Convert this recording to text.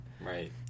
Right